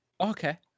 Okay